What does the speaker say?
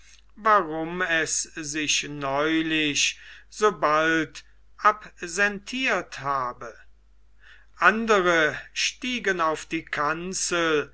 warum es sich neulich so bald absentiert habe andere stiegen auf die kanzel